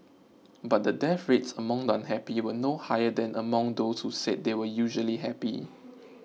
but the death rates among the unhappy were no higher than among those who said they were usually happy